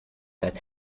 that